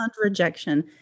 rejection